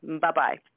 Bye-bye